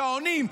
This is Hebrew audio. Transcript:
שעונים,